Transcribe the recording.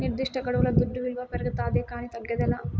నిర్దిష్టగడువుల దుడ్డు విలువ పెరగతాదే కానీ తగ్గదేలా